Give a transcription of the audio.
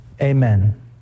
amen